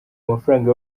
amafaranga